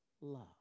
love